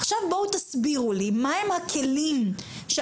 עכשיו בואו תסבירו לי מה הם הכלים שאתם